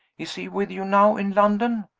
is he with you now in london?